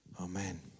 Amen